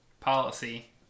policy